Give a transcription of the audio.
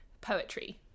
poetry